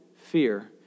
fear